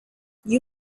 you